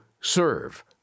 serve